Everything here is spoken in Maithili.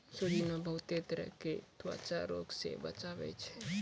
सोजीना बहुते तरह के त्वचा रोग से बचावै छै